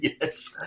Yes